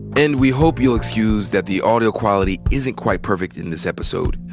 and we hope you'll excuse that the audio quality isn't quite perfect in this episode.